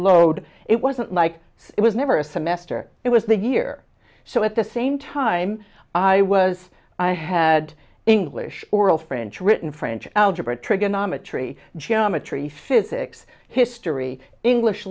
load it wasn't like it was never a semester it was the year so at the same time i was i had english oral french written french algebra trigonometry geometry physics history english